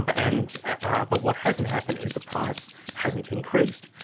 but and ah but what hasn't happened is the price hasn't increased.